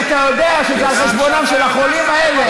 כי אתה יודע שזה על חשבונם של החולים האלה.